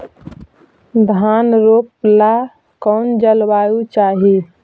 धान रोप ला कौन जलवायु चाही?